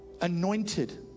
anointed